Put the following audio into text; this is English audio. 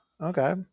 okay